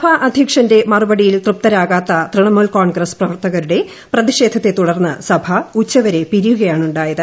സഭാ അധ്യക്ഷന്റെ മറുപടിയിൽ തൃപ്തരാകാത്ത തൃണമൂൽ കോൺഗ്രസ് പ്രവർത്തകരുടെ പ്രതിഷേധത്തെ തുടർന്ന് സഭ ഉച്ചവരെ പിരിയുകയാണുണ്ടായത്